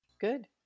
Good